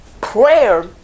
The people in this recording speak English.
Prayer